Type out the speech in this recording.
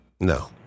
No